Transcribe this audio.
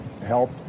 help